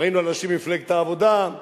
ראינו אנשים ממפלגת העבודה,